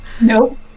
Nope